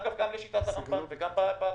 אגב, גם לשיטת הרמב"ם וגם בהלכה.